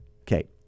Okay